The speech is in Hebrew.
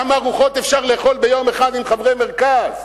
כמה ארוחות אפשר לאכול ביום אחד עם חברי מרכז?